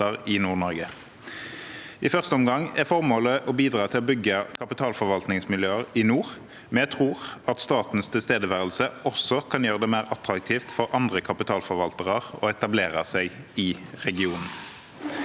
i Nord-Norge. I første omgang er formålet å bidra til å bygge kapitalforvaltningsmiljøer i nord. Vi tror at statens tilstedeværelse også kan gjøre det mer attraktivt for andre kapitalforvaltere å etablere seg i regionen.